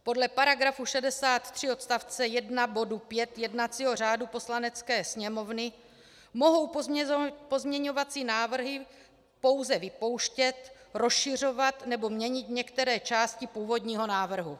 Podle § 63 odst. 1 bodu 5 jednacího řádu Poslanecké sněmovny mohou pozměňovací návrhy pouze vypouštět, rozšiřovat nebo měnit některé části původního návrhu.